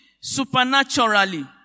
supernaturally